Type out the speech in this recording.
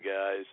guys